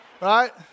Right